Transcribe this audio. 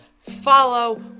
follow